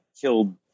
killed